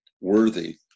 worthy